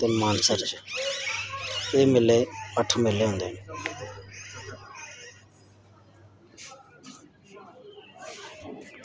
ते मानसर च एह् मेले अट्ठ मेले होंदे न